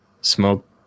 smoke